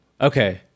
Okay